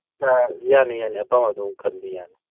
ꯑꯥ ꯌꯥꯅꯤ ꯌꯥꯅꯤ ꯑꯄꯥꯝꯕ ꯑꯗꯨꯝ ꯈꯟꯕꯤ ꯌꯥꯅꯤ